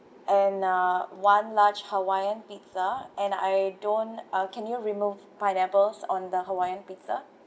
and uh one large hawaiian pizza and I don't uh can you remove pineapples on the hawaiian pizza